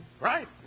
Right